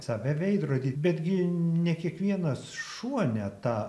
save veidrody betgi ne kiekvienas šuo net tą